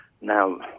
Now